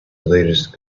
latest